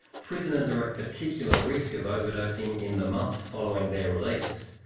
prisoners are at particular risk of overdosing in the month following their release.